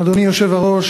אדוני היושב-ראש,